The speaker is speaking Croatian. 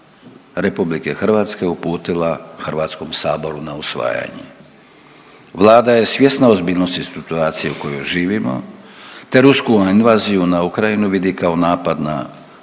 je Vlada RH uputila Hrvatskom saboru na usvajanje, vlada je svjesna ozbiljnosti situacije u kojoj živimo te rusku invaziju na Ukrajinu vidi kao napad na slobodu